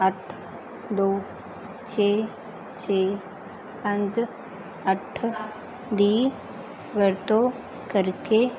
ਅੱਠ ਦੋ ਛੇ ਛੇ ਪੰਜ ਅੱਠ ਦੀ ਵਰਤੋਂ ਕਰਕੇ